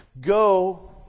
go